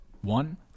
One